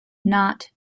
not